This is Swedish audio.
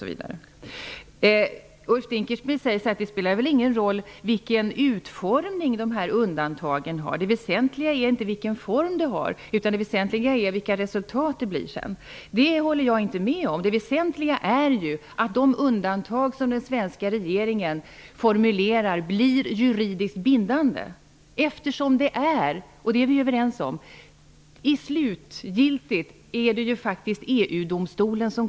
Ulf Dinkelspiel säger att det inte spelar någon roll vilken utformning undantagen har, utan att det väsentliga är resultaten. Jag håller inte med om det. Det väsentliga är ju att de undantag som den svenska regeringen formulerar blir juridiskt bindande, eftersom det är EU-domstolen som slutgiltigt avgör -- det är vi överens om.